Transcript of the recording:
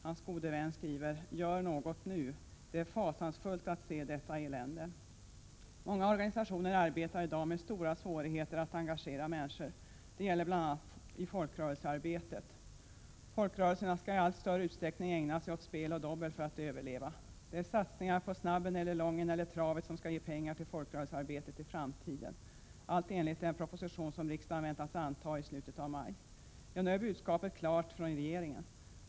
Hans gode vän skriver: Gör något nu, det är fasansfullt att se detta elände! Många organisationer arbetar i dag med stora svårigheter att engagera människor. Det gäller bl.a. i folkrörelsearbetet. Folkrörelserna måste i allt större utsträckning ägna sig åt spel och dobbel för att överleva. Det är satsningar på snabben eller lången eller travet som skall ge pengar till folkrörelsearbetet i framtiden, allt enligt den proposition som riksdagen väntas anta i slutet av maj. Ja, nog är budskapet från regeringen klart.